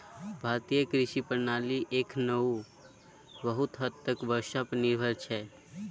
भारतीय कृषि प्रणाली एखनहुँ बहुत हद तक बर्षा पर निर्भर छै